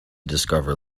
discover